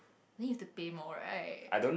then you have to pay more right